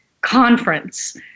conference